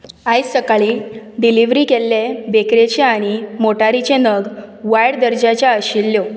आयज सकाळीं डिलिव्हरी केल्ले बेकरेचे आनी मोटारीचे नग वायट दर्जाचे आशिल्ल्यो